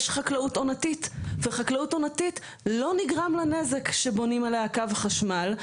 יש חקלאות עונתית וחקלאות עונתית לא נגרם לה נזק כשבונים עליה קו חשמל,